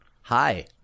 hi